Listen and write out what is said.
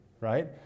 right